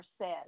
says